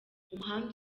umuhanda